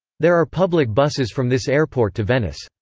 there are public buses from this airport to venice.